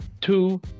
Two